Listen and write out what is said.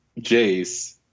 Jace